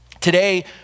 Today